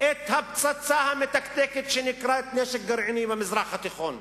את הפצצה המתקתקת שנקראת "נשק גרעיני" במזרח התיכון.